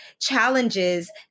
challenges